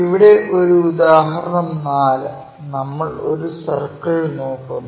ഇവിടെ ഒരു ഉദാഹരണം 4 നമ്മൾ ഒരു സർക്കിൾ നോക്കുന്നു